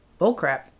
bullcrap